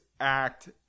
act